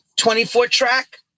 24-track